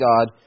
God